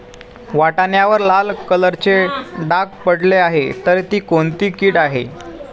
वाटाण्यावर लाल कलरचे डाग पडले आहे तर ती कोणती कीड आहे?